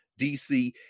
DC